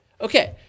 okay